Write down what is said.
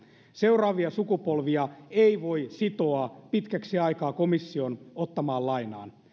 seuraavia sukupolvia ei voi sitoa pitkäksi aikaa komission ottamaan lainaan